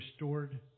restored